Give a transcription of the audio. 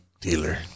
dealer